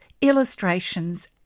illustrations